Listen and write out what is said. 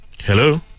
Hello